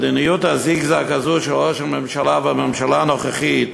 מדיניות הזיגזג הזאת של ראש הממשלה והממשלה הנוכחית